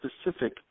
specific